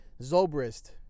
Zobrist